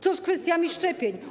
Co z kwestiami szczepień?